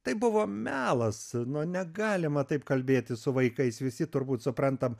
tai buvo melas na negalima taip kalbėti su vaikais visi turbūt suprantam